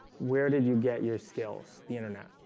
where did you get your skills the internet?